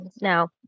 now